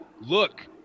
Look